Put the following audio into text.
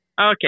Okay